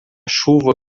chuva